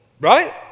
right